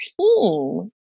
team